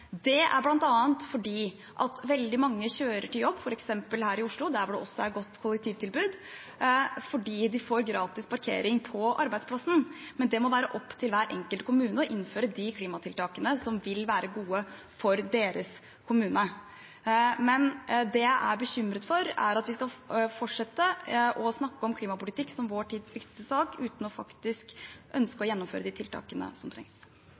Det er bl.a. fordi veldig mange kjører til jobb, f.eks. her i Oslo, der hvor det også er et godt kollektivtilbud, fordi de får gratis parkering på arbeidsplassen. Men det må være opp til hver enkelt kommune å innføre de klimatiltakene som vil være gode for sin kommune. Det jeg er bekymret for, er at vi skal fortsette å snakke om klimapolitikk som vår tids viktigste sak uten faktisk å ønske å gjennomføre de tiltakene som trengs.